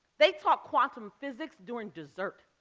they talk quantum physics during dessert,